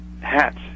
Hats